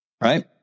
Right